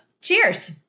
Cheers